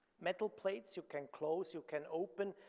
metal plates you can close, you can open,